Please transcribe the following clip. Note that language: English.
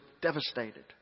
devastated